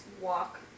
walk